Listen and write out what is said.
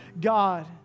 God